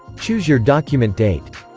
choose your document date